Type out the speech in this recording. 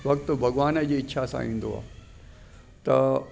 वक़्तु भॻिवान जी इच्छा सां ईंदो आहे त